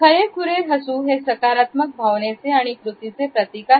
खरेखुरे हसू हे सकारात्मक भावनेचे आणि कृती चे प्रतीक आहे